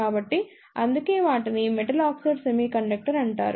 కాబట్టి అందుకే వాటిని మెటల్ ఆక్సైడ్ సెమీకండక్టర్ అంటారు